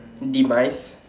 demise